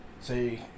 say